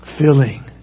filling